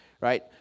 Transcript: right